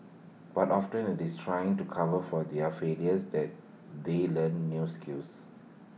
but often IT is in trying to cover for their failures that they learn new skills